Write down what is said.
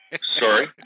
Sorry